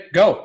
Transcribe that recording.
go